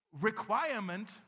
requirement